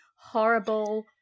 horrible